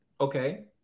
Okay